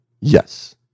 Yes